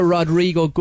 Rodrigo